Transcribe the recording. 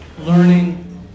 learning